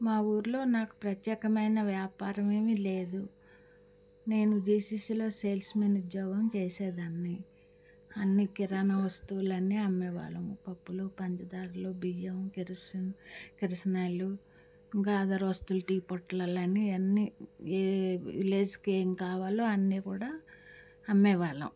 మా ఊర్లో నాకు ప్రత్యేకమైన వ్యాపారమేమి లేదు నేను జీసీసీలో సేల్స్మెన్ ఉద్యోగం చేసేదాన్ని అన్నీ కిరాణా వస్తువులన్నీ అమ్మేవాళ్ళం పప్పులు పంచదారలు బియ్యం కిరోసిన్ కిరసనాయిలు ఇంకా అదర వస్తువులు టీ పొట్లాలన్నీ అన్ని ఏ విలేజ్కి ఏం కావాలో అన్ని కూడా అమ్మేవాళ్ళం